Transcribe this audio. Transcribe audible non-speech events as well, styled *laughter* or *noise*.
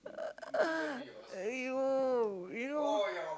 *laughs* !aiyo! what you know